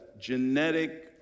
genetic